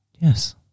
Yes